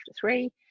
three